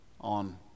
on